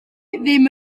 ddim